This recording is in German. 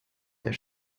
der